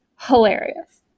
hilarious